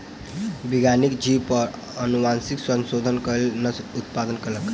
वैज्ञानिक जीव पर अनुवांशिक संशोधन कअ के नस्ल उत्पन्न कयलक